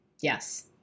Yes